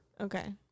Okay